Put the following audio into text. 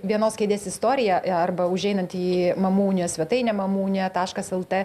vienos kėdės istorija arba užeinant į mamų unijos svetainę mamų unija taškas lt